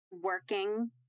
working